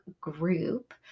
group